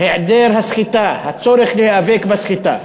היעדר הסחיטה, הצורך להיאבק בסחיטה.